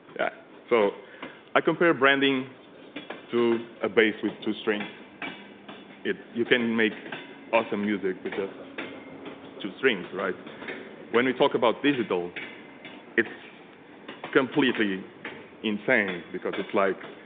yeah so i compare branding to a base with two strings if you can make awesome music with just two strings right when we talk about digital it's completely insane because it's like